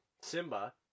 Simba